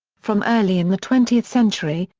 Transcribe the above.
from early in the twentieth century,